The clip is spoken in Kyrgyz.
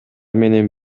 менен